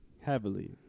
heavily